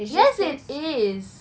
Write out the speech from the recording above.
yes it is